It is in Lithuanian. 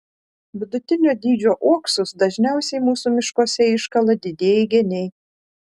vidutinio dydžio uoksus dažniausiai mūsų miškuose iškala didieji geniai